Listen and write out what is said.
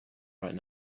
right